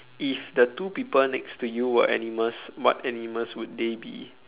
if the two people next to you were animals what animals would they be